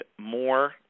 more